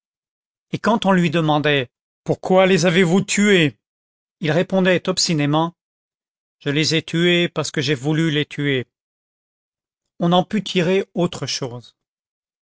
et quand on lui demandait pourquoi les avez-vous tués il répondait obstinément je les ai tués parce que j'ai voulu les tuer on n'en put tirer autre chose